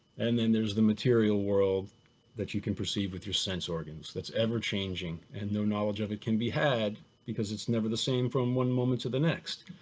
and then there's the material world that you can perceive with your sense organs that's ever changing. and no knowledge of it can be had, because it's never the same from one moment to the next.